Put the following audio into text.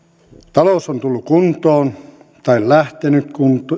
talous on tullut kuntoon tai lähtenyt